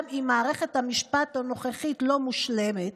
גם אם מערכת המשפט הנוכחית לא מושלמת,